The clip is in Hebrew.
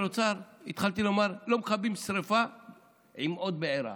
התחלתי לומר שלא מכבים שרפה עם עוד בעירה,